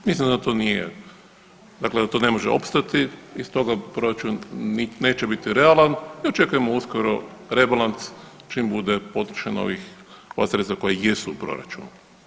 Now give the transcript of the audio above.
Mislim da to nije, dakle da to ne možemo opstati i stoga proračun neće biti realan i očekujemo uskoro rebalans čim bude potrošena ova sredstva koja jesu u proračunu.